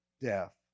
death